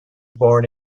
born